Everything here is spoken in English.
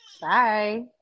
Bye